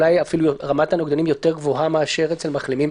שאולי אפילו רמת הנוגדנים יותר גבוהה מאשר אצל מחלימים,